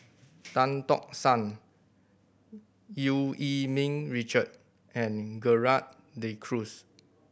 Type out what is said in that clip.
Tan Tock San Eu Yee Ming Richard and Gerald De Cruz